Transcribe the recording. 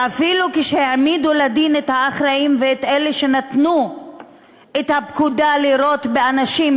ואפילו כשהעמידו לדין את האחראים ואת אלה שנתנו את הפקודה לירות באנשים,